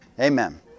Amen